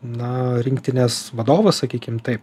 na rinktinės vadovas sakykim taip